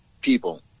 people